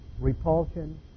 repulsion